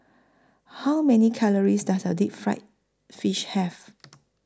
How Many Calories Does A Deep Fried Fish Have